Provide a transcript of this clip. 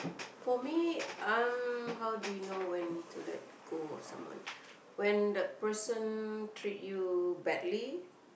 for me um how do you know when to let go of someone when that person treat you badly